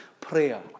prayer